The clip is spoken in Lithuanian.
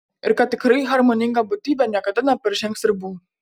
ir kad tikrai harmoninga būtybė niekada neperžengs ribų